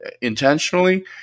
intentionally